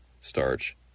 starch